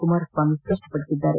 ಕುಮಾರಸ್ವಾಮಿ ಸ್ಪಷ್ಟಪಡಿಸಿದ್ದಾರೆ